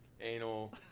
anal